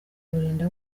burinda